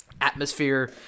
atmosphere